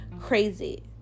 crazy